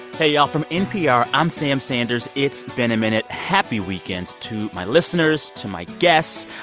hey, y'all. from npr, i'm sam sanders. it's been a minute. happy weekend to my listeners, to my guests.